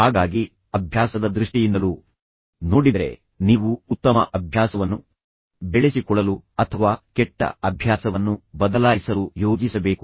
ಹಾಗಾಗಿ ಅಭ್ಯಾಸದ ದೃಷ್ಟಿಯಿಂದಲೂ ನೀವು ಅದನ್ನು ನೋಡಿದರೆ ನೀವು ಉತ್ತಮ ಅಭ್ಯಾಸವನ್ನು ಬೆಳೆಸಿಕೊಳ್ಳಲು ಅಥವಾ ಕೆಟ್ಟ ಅಭ್ಯಾಸವನ್ನು ಬದಲಾಯಿಸಲು ಯೋಜಿಸಬೇಕು